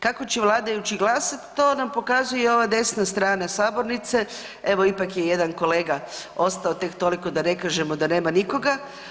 Kako će vladajući glasati, to nam pokazuje ova desna strana sabornice, evo, ipak je jedan kolega ostao tek toliko da ne kažemo da nema nikoga.